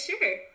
sure